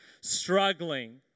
struggling